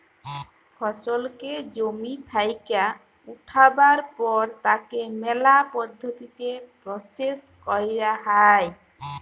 ফসলকে জমি থেক্যে উঠাবার পর তাকে ম্যালা পদ্ধতিতে প্রসেস ক্যরা হ্যয়